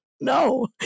No